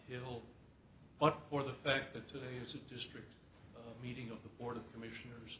hill but for the fact that today is a district meeting of the board of commissioners